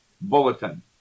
Bulletin